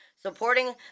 Supporting